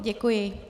Děkuji.